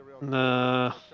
Nah